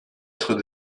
être